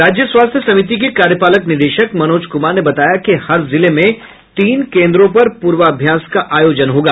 राज्य स्वास्थ्य समिति के कार्यपालक निदेशक मनोज कुमार ने बताया कि हर जिले में तीन केन्द्रों पर पूर्वाभ्यास का आयोजन होगा